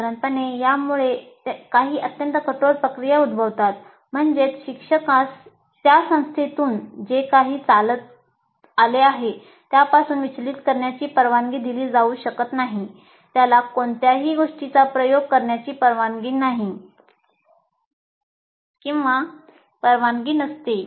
साधारणपणे यामुळे काही अत्यंत कठोर प्रक्रिया उद्भवतात म्हणजेच शिक्षकास त्या संस्थेतून जे काही चालत आले आहे त्यापासून विचलित करण्याची परवानगी दिली जाऊ शकत नाही त्याला कोणत्याही गोष्टीचा प्रयोग करण्याची परवानगी नसते